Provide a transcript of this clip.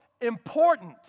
important